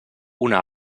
una